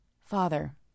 Father